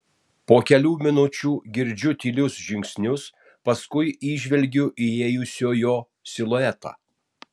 po kelių minučių girdžiu tylius žingsnius paskui įžvelgiu įėjusiojo siluetą